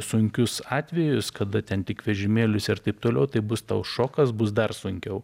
sunkius atvejus kada ten tik vežimėliuose ir taip toliau tai bus tau šokas bus dar sunkiau